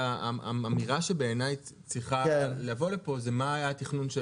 אמירה שבעיני צריכה לבוא לכאן היא מה היה התכנון של